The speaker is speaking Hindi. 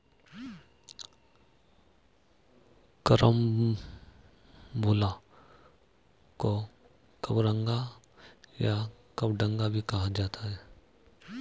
करम्बोला को कबरंगा या कबडंगा भी कहा जाता है